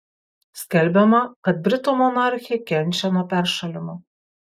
skelbiama kad britų monarchė kenčia nuo peršalimo